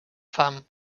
fam